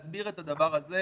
צריך להסדיר את הדבר הזה.